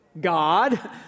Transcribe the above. God